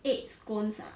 eight scones ah